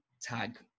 tag